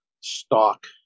stock